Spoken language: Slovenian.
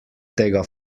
tega